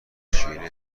شیرین